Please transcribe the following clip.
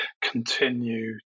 continue